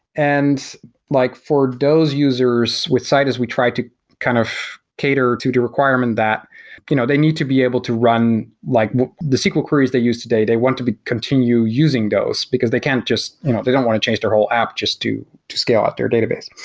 and like for those users with citus, we try to kind of cater to the requirement that you know they need to be able to run like the sql queries they use today, they want to continue using those because they can't just you know they don't want to change their whole app just to to scale out their database.